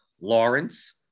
Lawrence